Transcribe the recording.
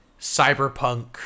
cyberpunk